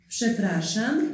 Przepraszam